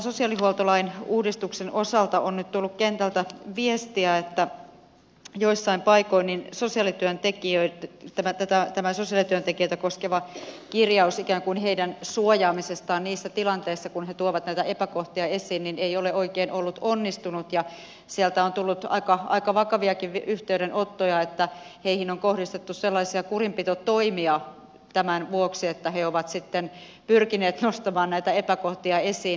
sosiaalihuoltolain uudistuksen osalta on nyt tullut kentältä viestiä että joissain paikoin niin sosiaalityöntekijöitte tavata tahtovansa sen eteen sosiaalityöntekijöitä koskeva kirjaus ikään kuin heidän suojaamisestaan niissä tilanteissa kun he tuovat näitä epäkohtia esiin ei ole oikein ollut onnistunut ja sieltä on tullut aika vakaviakin yhteydenottoja että heihin on kohdistettu kurinpitotoimia sen vuoksi että he ovat pyrkineet nostamaan näitä epäkohtia esiin